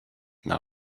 now